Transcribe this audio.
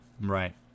Right